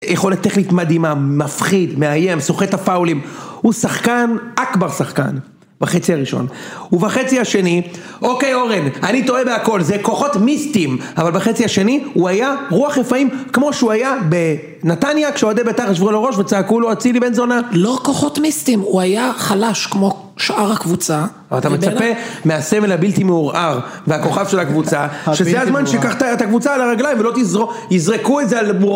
יכולת טכנית מדהימה, מפחיד, מאיים, סוחט את הפאולים הוא שחקן, אכבר שחקן. בחצי הראשון ובחצי השני אוקיי אורן, אני טועה בהכל, זה כוחות מיסטיים אבל בחצי השני הוא היה רוח רפאים כמו שהוא היה בנתניה, כשאוהדי ביתר ישבו לו על הראש וצעקו לו אצילי בן זונה. לא כוחות מיסטיים, הוא היה חלש כמו שאר הקבוצה, אתה מצפה מהסבל הבלתי מעורער והכוכב של הקבוצה שזה הזמן שיקח את הקבוצה על הרגליים ולא יזרקו את זה על...